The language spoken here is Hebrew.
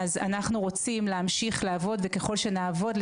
אנחנו רוצים להמשיך לעבוד וככל שנעבוד,